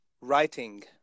Writing